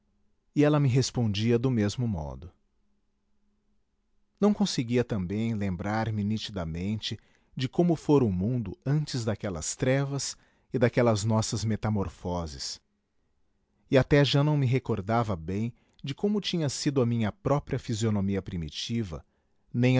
se ela me